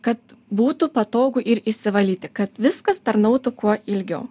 kad būtų patogu ir išsivalyti kad viskas tarnautų kuo ilgiau